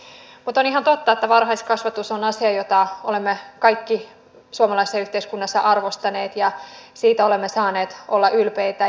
mutta on ihan totta että varhaiskasvatus on asia jota olemme kaikki suomalaisessa yhteiskunnassa arvostaneet ja siitä olemme saaneet olla ylpeitä